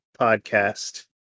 podcast